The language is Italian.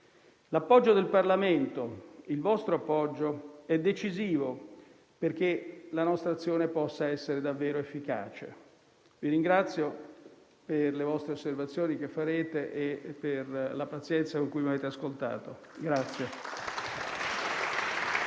L'appoggio del Parlamento - il vostro appoggio - è decisivo perché la nostra azione possa essere davvero efficace. Vi ringrazio per le osservazioni che farete e per la pazienza con cui mi avete ascoltato.